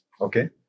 Okay